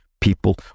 People